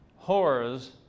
horrors